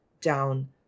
down